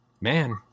Man